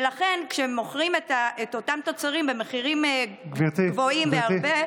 ולכן כשמוכרים את אותם מוצרים במחירים גבוהים בהרבה,